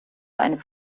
eines